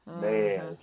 man